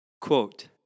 Quote